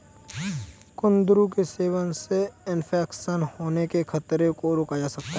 कुंदरू के सेवन से इन्फेक्शन होने के खतरे को रोका जा सकता है